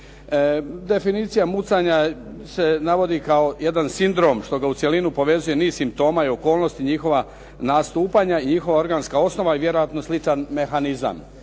Definicija mucanja se navodi kao jedan sindrom što ga u cjelinu povezuje niz simptoma i okolnosti njihova nastupanja i njihova organska osnova i vjerojatno sličan mehanizam.